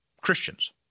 Christians